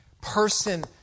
person